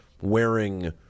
wearing